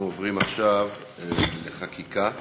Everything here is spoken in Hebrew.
אנחנו עוברים עכשיו לחקיקה.